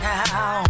now